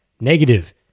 negative